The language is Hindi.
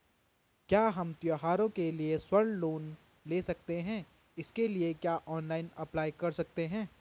क्या हम त्यौहारों के लिए स्वर्ण लोन ले सकते हैं इसके लिए क्या ऑनलाइन अप्लाई कर सकते हैं?